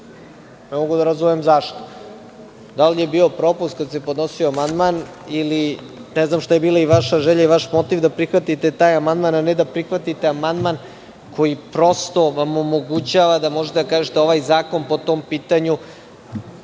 Ne mogu da razumem zašto? Da li je bio propust kada se podnosio amandman, ili ne znam šta je bila i vaša želja i vaš motiv da prihvatite taj amandman, a ne da prihvatite amandman koji, prosto, vam omogućava da možete da kažete – ovaj zakon po tom pitanju